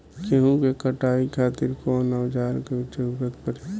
गेहूं के कटाई खातिर कौन औजार के जरूरत परी?